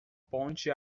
ponte